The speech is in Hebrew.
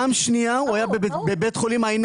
פעם שנייה הוא היה בבית חולים מעייני